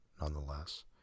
nonetheless